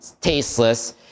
tasteless